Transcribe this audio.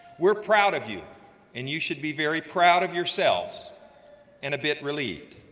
we're proud of you and you should be very proud of yourselves and a bit relieved.